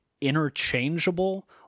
interchangeable